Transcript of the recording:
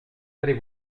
allez